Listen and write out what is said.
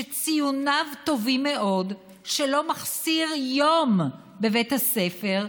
שציוניו טובים מאוד, שלא מחסיר יום בבית הספר,